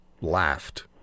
laughed